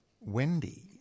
Wendy